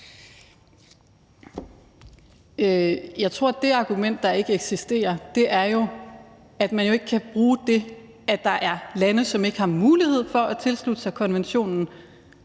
Jeg tror, at det argument, der ikke eksisterer – og som man ikke kan bruge – er, at det, at der er lande, som ikke har mulighed for at tilslutte sig konventionen